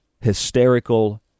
hysterical